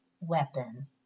weapon